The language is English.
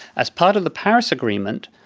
as part of the paris agreement,